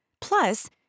Plus